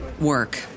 work